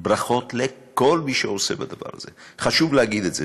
ברכות לכל מי שעוסק בדבר הזה, חשוב להגיד את זה.